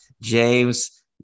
James